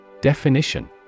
Definition